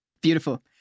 Beautiful